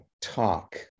talk